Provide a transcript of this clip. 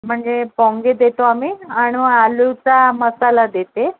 म्हणजे पोंगे देतो आम्ही आणू आलूचा मसाला देते